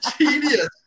Genius